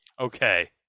Okay